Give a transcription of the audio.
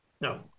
No